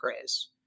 craze